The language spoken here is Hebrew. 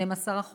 12%,